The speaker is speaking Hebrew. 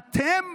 אתם?